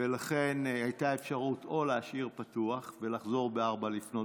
הייתה אפשרות או להשאיר פתוח ולחזור ב-04:00,